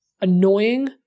annoying